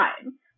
time